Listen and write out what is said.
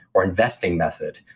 or investing method,